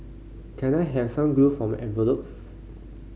can I have some glue for my envelopes